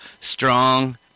strong